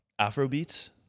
Afrobeats